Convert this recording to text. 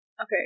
Okay